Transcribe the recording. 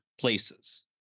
places